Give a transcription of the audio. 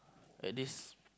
at this